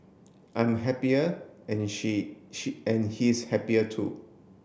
I'm happier and she she and he's happier too